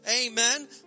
amen